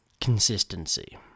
consistency